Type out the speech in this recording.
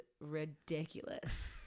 ridiculous